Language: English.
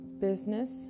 business